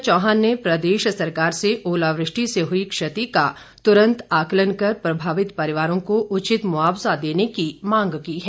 संजय चौहान ने प्रदेश सरकार से ओलावृष्टि से हुई क्षति का तुरंत आंकलन कर प्रभावित परिवारों को उचित मुआवजा देने की मांग की है